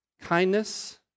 kindness